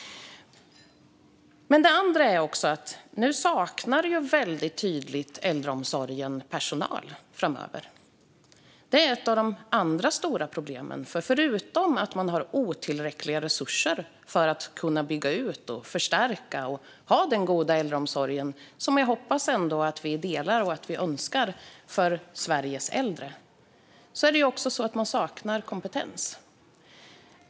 Nu saknar äldreomsorgen personal på ett väldigt tydligt sätt. Det gäller även framöver, och det är ett av de övriga stora problemen. Förutom otillräckliga resurser till att bygga ut, förstärka och ha den goda äldreomsorg som jag hoppas att vi ändå är eniga om att vi önskar Sveriges äldre är det också så att man saknar kompetens.